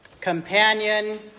companion